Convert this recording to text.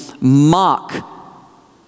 mock